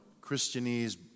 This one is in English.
Christianese